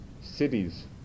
cities